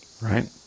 Right